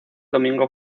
domingo